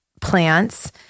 plants